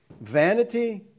Vanity